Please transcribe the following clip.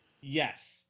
Yes